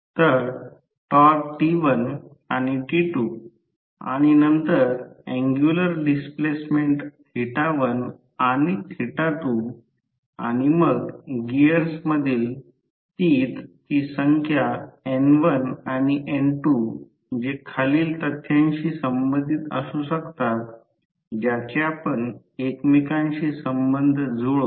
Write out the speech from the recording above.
तर टॉर्क T1आणि T2 आणि नंतर अँग्युलर डिस्प्लेसमेंट 1 आणि 2 आणि मग गिअरमधीलटीथ ची संख्या N1 आणि N2जे खालील तथ्यांशी संबंधित असू शकतात ज्याचे आपण एकमेकांशी संबंध जुळवू